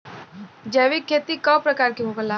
जैविक खेती कव प्रकार के होला?